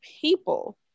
people